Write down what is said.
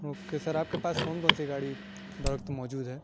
okay sir آپ کے پاس کون کون سی گاڑی بروقت موجود ہے